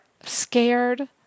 scared